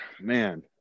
man